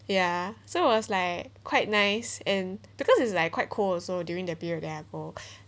ya so it was like quite nice and because is like quite cold also during that period that I go